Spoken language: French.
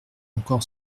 encore